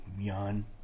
Yawn